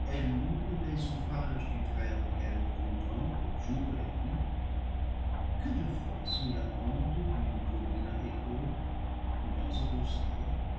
louent les ouvrages du très-haut qu'elles contemplent jour et nuit que de fois sur la pente d'une col line à écho ou dans un bosquet